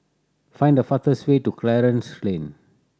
find the way to Clarence Lane